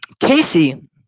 Casey